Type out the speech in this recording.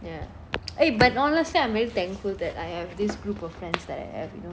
ya eh but honestly I'm really thankful that I have this group of friends that I have you know